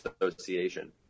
association